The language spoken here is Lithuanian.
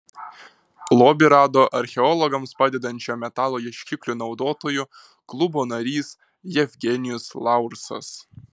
lobį rado archeologams padedančio metalo ieškiklių naudotojų klubo narys jevgenijus laursas